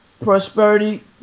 prosperity